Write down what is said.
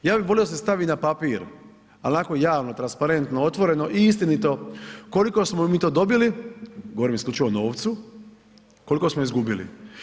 Ja bi volio da se stavi na papir, ali onako javno, transparentno, otvoreno i istinito koliko smo mi to dobili, govorim isključivo o novcu, koliko smo izgubili.